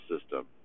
system